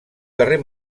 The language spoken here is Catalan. carrer